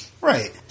Right